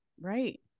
right